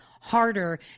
harder